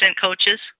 coaches